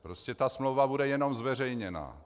Prostě ta smlouva bude jenom zveřejněná.